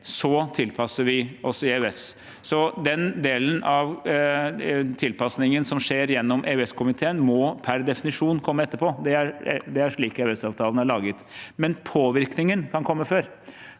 så tilpasser vi oss i EØS. Den delen av tilpasningen som skjer gjennom EØS-komiteen, må per definisjon komme etterpå. Det er slik EØSavtalen er laget. Men påvirkningen kan komme før.